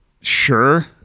sure